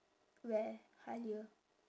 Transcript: where Halia